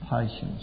patience